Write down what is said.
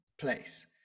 place